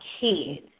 kids